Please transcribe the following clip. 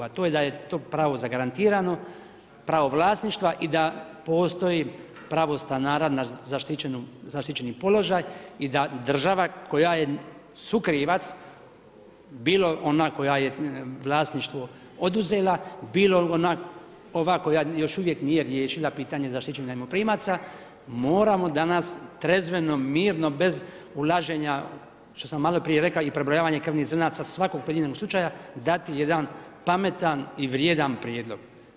A to je da je to pravo zagarantirano pravo vlasništva i da postoji pravo stanara na zaštićeni položaj i da država koja je sukrivac bilo ona kojoj je vlasništvo oduzela, bila ova koja još uvijek nije riješila pitanje zaštićenih najmoprimaca, moramo danas trezveno, mirno bez ulaženja, što sam malo prije rekao, i prebrojavanja krvnih zrnaca svakog pojedinog slučaja dati jedan pametan i vrijedan prijedlog.